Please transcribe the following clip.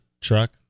truck